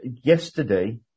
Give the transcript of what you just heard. yesterday